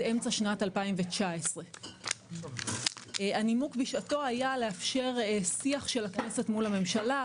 אמצע שנת 2019. הנימוק בשעתו היה לאפשר שיח של הכנסת מול הממשלה.